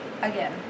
Again